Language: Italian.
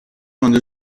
quando